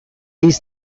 these